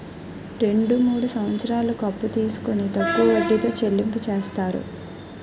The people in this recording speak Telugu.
రెండు మూడు సంవత్సరాలకు అప్పు తీసుకొని తక్కువ వడ్డీతో చెల్లింపు చేస్తారు